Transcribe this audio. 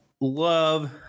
love